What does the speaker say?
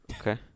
okay